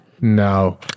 no